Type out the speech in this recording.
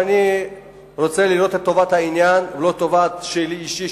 אני רוצה לראות את טובת העניין ולא את הטובה האישית שלי,